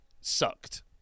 Sucked